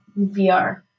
VR